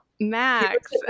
Max